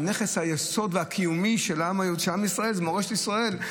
הנכס היסודי והקיומי של עם ישראל זה מורשת ישראל.